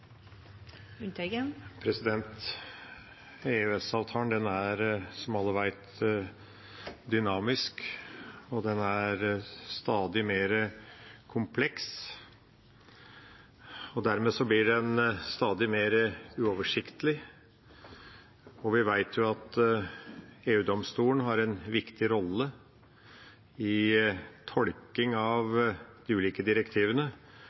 stadig mer kompleks, og dermed blir den stadig mer uoversiktlig. Vi vet at EU-domstolen har en viktig rolle i tolking av de ulike direktivene,